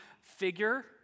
figure